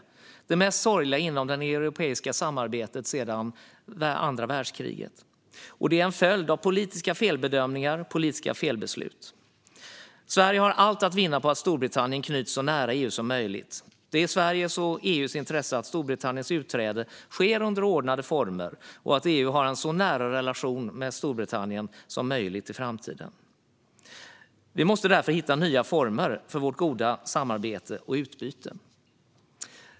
Det är det mest sorgliga inom det europeiska samarbetet sedan andra världskriget. Det är en följd av politiska felbedömningar och politiska felbeslut. Sverige har allt att vinna på att Storbritannien knyts så nära EU som möjligt. Det är i Sveriges och EU:s intresse att Storbritanniens utträde sker under ordnade former och att EU har en så nära relation till Storbritannien som möjligt i framtiden. Vi måste därför hitta nya former för vårt goda samarbete och utbyte.